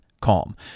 calm